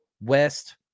West